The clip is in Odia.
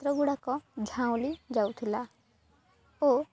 ଚିତ୍ର ଗୁଡ଼ାକ ଝାଉଁଳି ଯାଉଥିଲା ଓ